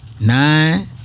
Nine